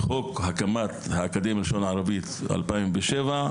בחוק הקמת האקדמיה ללשון ערבית 2007,